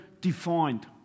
defined